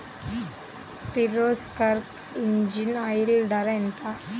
Kirloskar engine oil ధర ఎంత?